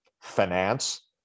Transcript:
finance